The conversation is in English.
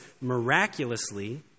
miraculously